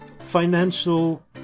Financial